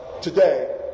today